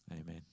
Amen